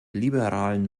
liberalen